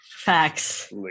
facts